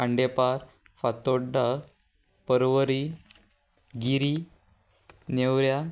Khandepar Fatorda Porvorim Guirim Neura